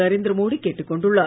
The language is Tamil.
நரேந்திர மோடி கேட்டுக் கொண்டுள்ளார்